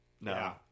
No